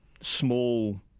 small